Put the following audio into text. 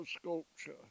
sculpture